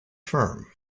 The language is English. firm